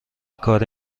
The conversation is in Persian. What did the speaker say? کاری